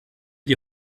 die